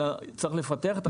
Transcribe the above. אלא לפתח אותה.